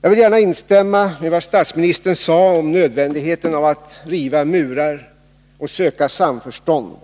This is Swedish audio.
Jag vill gärna instämma i vad statsministern sade om nödvändigheten av att riva murar och söka samförstånd.